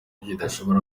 kidashobora